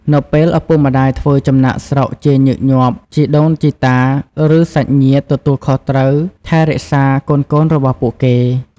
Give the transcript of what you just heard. នៅពេលឪពុកម្តាយធ្វើចំណាកស្រុក ជាញឹកញាប់ជីដូនជីតា ឬសាច់ញាតិទទួលខុសត្រូវថែរក្សាកូនៗរបស់ពួកគេ។